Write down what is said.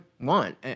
want